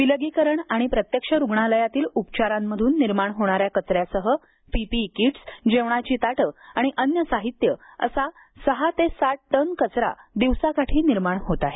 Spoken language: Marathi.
विलगीकरण आणि प्रत्यक्ष रुग्णांलयातील उपचारांमधून निर्माण होणाऱ्या कचऱ्यासह पीपीई किट्स जेवणाची ताटं आणि अन्य साहित्य असा सहा ते सात टन कचरा दिवसाकाठी निर्माण होत आहे